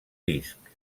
disc